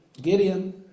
Gideon